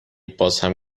بازهم